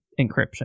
encryption